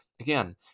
again